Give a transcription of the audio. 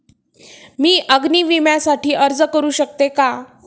मी अग्नी विम्यासाठी अर्ज करू शकते का?